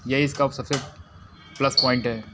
यही इसका सबसे प्लस पॉइंट है